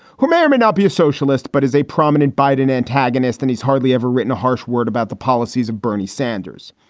who may or may not be a socialist, but as a prominent biden antagonist. and he's hardly ever written a harsh word about the policies of bernie sanders.